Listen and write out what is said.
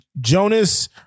Jonas